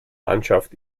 mannschaft